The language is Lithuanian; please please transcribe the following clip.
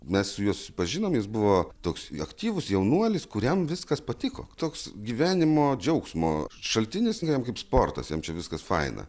mes su juo susipažinom jis buvo toks aktyvus jaunuolis kuriam viskas patiko toks gyvenimo džiaugsmo šaltinis ir jam kaip sportas jam čia viskas faina